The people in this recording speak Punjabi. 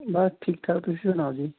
ਬਸ ਠੀਕ ਠਾਕ ਤੁਸੀਂ ਸੁਣਾਓ ਜੀ